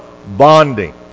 bonding